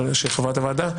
שהיא חברת ועדה,